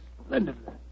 splendidly